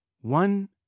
one